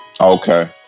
Okay